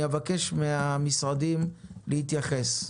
אבקש מן המשרדים להתייחס.